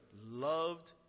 loved